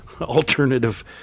alternative